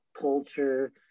culture